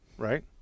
Right